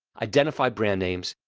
identify brand names,